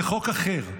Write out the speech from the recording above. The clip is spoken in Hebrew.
זה חוק אחר.